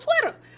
Twitter